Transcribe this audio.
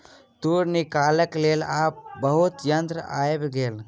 तूर निकालैक लेल आब बहुत यंत्र आइब गेल